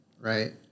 right